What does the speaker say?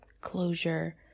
closure